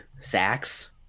sacks